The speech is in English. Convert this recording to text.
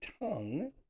tongue